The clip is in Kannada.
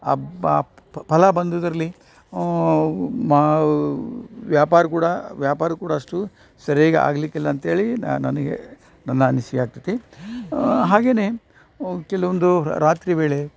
ಅಬ್ ಆ ಫಲ ಬಂದುದ್ದರಲ್ಲಿ ಮಾ ವ್ಯಾಪಾರ ಕೂಡ ವ್ಯಾಪಾರ ಕೂಡ ಅಷ್ಟು ಸರಿಯಾಗಿ ಆಗ್ಲಿಕ್ಕಿಲ್ಲ ಅಂತೇಳಿ ನಾ ನನಗೆ ನನ್ನ ಅನಿಸಿಕೆ ಆಗ್ತತಿ ಹಾಗೇನೆ ಕೆಲವೊಂದು ರಾತ್ರಿ ವೇಳೆ